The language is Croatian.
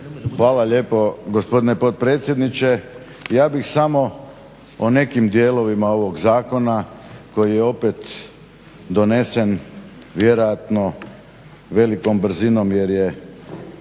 Hvala lijepa gospodine potpredsjedniče. Ja bih samo o nekim dijelovima ovog zakona koji je opet donesen vjerojatno velikom brzinom jer je